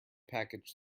package